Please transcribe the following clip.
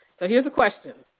so here's the question.